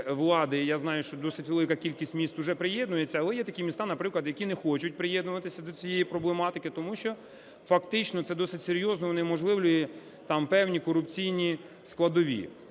я знаю, що досить велика кількість міст уже приєднується, але є такі міста, наприклад, які не хочуть приєднуватися до цієї проблематики. Тому що фактично це досить серйозно унеможливлює там певні корупційні складові.